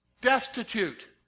Destitute